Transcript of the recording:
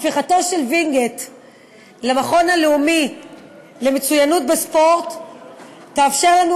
הפיכתו של וינגייט למכון הלאומי למצוינות בספורט תאפשר לנו